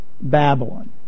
Babylon